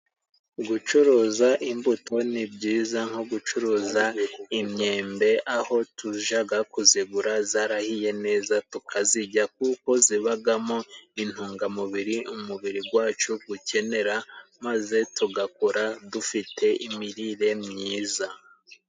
Gucuruza imbuto ni byiza nko gucuruza imyembe, aho tujaga kuzigura zarahiye neza tukazijya, kuko zibagamo intungamubiri umubiri gwacu gukenera maze tugakora dufite imirire myiza.